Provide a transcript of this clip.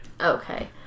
Okay